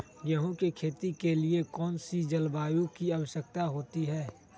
गेंहू की खेती के लिए कौन सी जलवायु की आवश्यकता होती है?